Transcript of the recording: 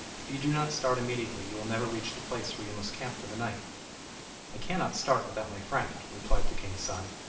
if you do not start immediately, you will never reach the place where you must camp for the night i cannot start without my friend replied the king's son.